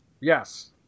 Yes